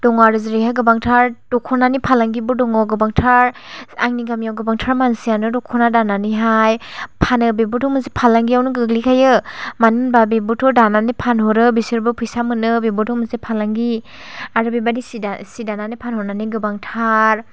दङ आरो जेरैहाय गोबांथार दख'नानि फालांगिबो दङ गोबांथार आंनि गामियाव गोबांथार मानसियानो दख'ना दानानैहाय फानो बेबोथ' मोनसे फालांगियावनो गोग्लैखायो मानो होनबा बेबोथ' दानानै फानहरो बिसोरबो फैसा मोनो बेबोथ' मोनसे फालांगि आरो बेबादि सि दा सि दानानै फानहरनानै गोबांथार